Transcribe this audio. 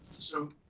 so,